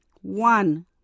One